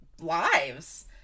lives